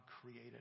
created